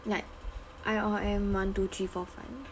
like I_R_M one two three four five